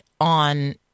on